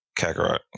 Kakarot